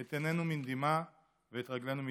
את עיננו מדמעה ואת רגלנו מדחי.